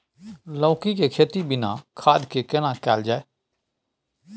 लौकी के खेती बिना खाद के केना कैल जाय?